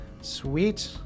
Sweet